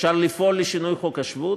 אפשר לפעול לשינוי חוק השבות,